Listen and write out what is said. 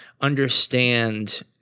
understand